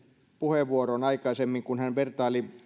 puheenvuoroon aikaisemmin kun hän vertaili